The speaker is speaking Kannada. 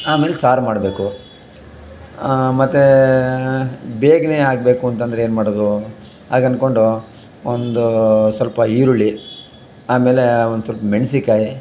ಆಮೇಲೆ ಸಾರು ಮಾಡಬೇಕು ಮತ್ತು ಬೇಗನೆ ಆಗಬೇಕು ಅಂತಂದರೆ ಏನು ಮಾಡೋದು ಹಾಗೆ ಅನ್ಕೊಂಡು ಒಂದು ಸ್ವಲ್ಪ ಈರುಳ್ಳಿ ಆಮೇಲೆ ಒಂದ್ಸ್ವಲ್ಪ ಮೆಣ್ಸಿಕಾಯಿ